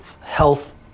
health